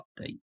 update